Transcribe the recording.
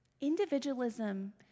Individualism